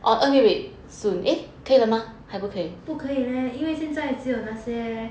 不可以 leh 因为现在只有那些